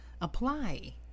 apply